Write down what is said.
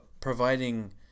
providing